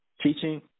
teaching